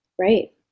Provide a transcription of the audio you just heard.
Right